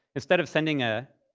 instead of sending ah